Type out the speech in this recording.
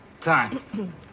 Time